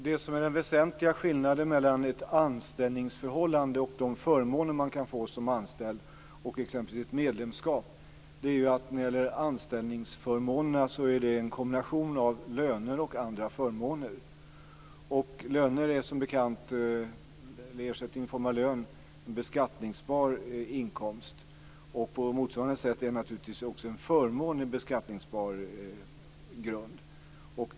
Fru talman! Det finns en väsentlig skillnad mellan ett anställningsförhållande och de förmåner man kan få som anställd och exempelvis ett medlemskap. Det är att anställningsförmånerna är en kombination av löner och andra förmåner. Ersättning i form av lön är som bekant en beskattningsbar inkomst. På motsvarande sätt är naturligtvis också en förmån en beskattningsbar grund.